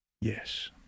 Yes